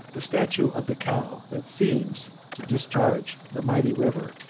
the statue of the cow, that seems to discharge the mighty river,